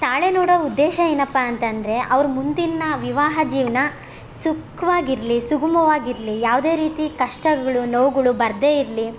ತಾಳೆ ನೋಡೊ ಉದ್ದೇಶ ಏನಪ್ಪ ಅಂತಂದರೆ ಅವ್ರು ಮುಂದಿನ ವಿವಾಹ ಜೀವನ ಸುಖ್ವಾಗಿ ಇರಲಿ ಸುಗಮವಾಗಿ ಇರಲಿ ಯಾವುದೇ ರೀತಿ ಕಷ್ಟಗಳು ನೋವುಗಳು ಬರದೆ ಇರಲಿ